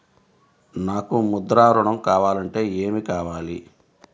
నాకు ముద్ర ఋణం కావాలంటే ఏమి కావాలి?